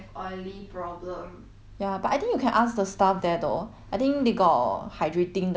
ya but I think you can ask the staff there though I think they got hydrating 的那种 series 的可以用